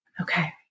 okay